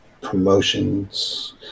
promotions